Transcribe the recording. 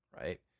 Right